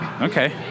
Okay